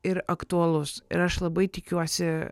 ir aktualus ir aš labai tikiuosi